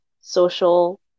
social